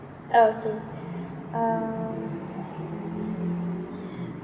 um okay um